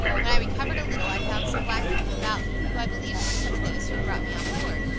when i recovered a little i found some black people about me, who i believed were some of those who brought me on board,